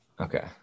Okay